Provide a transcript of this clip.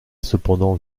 cependant